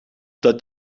dat